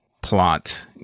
plot